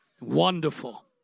wonderful